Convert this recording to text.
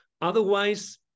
Otherwise